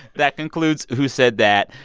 that concludes who said that.